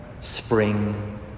spring